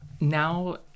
Now